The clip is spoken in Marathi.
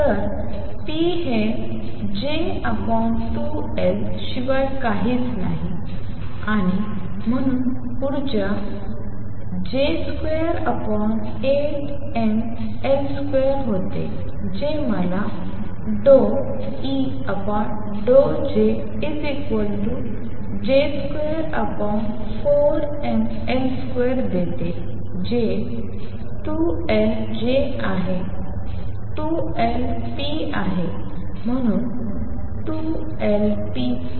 तर p हे J2L शिवाय काहीच नाही आणि म्हणून ऊर्जा J28mL2 होते जे मला ∂E∂JJ24mL2देते जे 2L J आहे 2L p आहे म्हणून 2Lp4mL2